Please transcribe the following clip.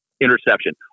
Interception